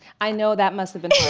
i know that must